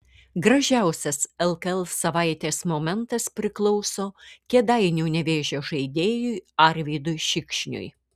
gražiausias lkl savaitės momentas priklauso kėdainių nevėžio žaidėjui arvydui šikšniui